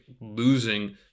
losing